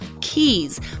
keys